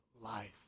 life